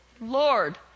Lord